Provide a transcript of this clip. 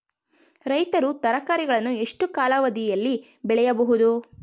ರೈತರು ತರಕಾರಿಗಳನ್ನು ಎಷ್ಟು ಕಾಲಾವಧಿಯಲ್ಲಿ ಬೆಳೆಯಬಹುದು?